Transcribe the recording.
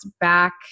back